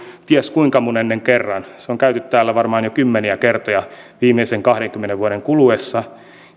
ties kuinka monennen kerran se on käyty täällä varmaan jo kymmeniä kertoja viimeisen kahdenkymmenen vuoden kuluessa